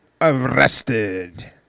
arrested